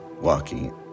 walking